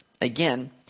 Again